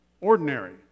ordinary